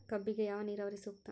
ಕಬ್ಬಿಗೆ ಯಾವ ನೇರಾವರಿ ಸೂಕ್ತ?